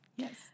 Yes